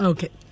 Okay